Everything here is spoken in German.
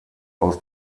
aus